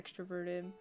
extroverted